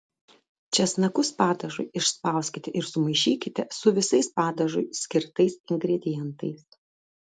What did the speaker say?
česnakus padažui išspauskite ir sumaišykite su visais padažui skirtais ingredientais